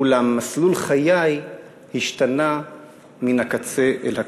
אולם מסלול חיי השתנה מן הקצה אל הקצה.